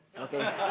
Okay